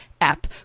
app